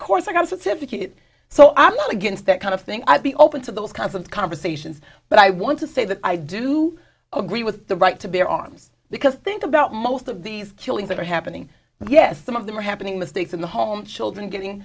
course i got the civic it so i'm not against that kind of thing i'd be open to those kinds of conversations but i want to say that i do agree with the right to bear arms because think about most of these killings that are happening and yes some of them are happening mistakes in the home children getting